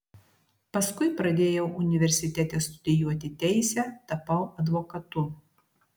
paskui pradėjau universitete studijuoti teisę tapau advokatu